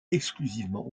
exclusivement